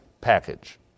package